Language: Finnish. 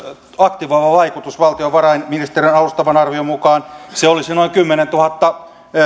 aktivoiva vaikutus valtiovarainministeriön alustavan arvion mukaan se olisi noin kymmenentuhatta